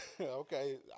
okay